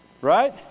Right